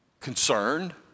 concerned